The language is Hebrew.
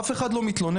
אף אחד לא מתלונן.